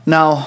Now